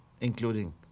including